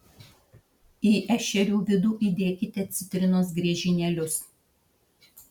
į ešerių vidų įdėkite citrinos griežinėlius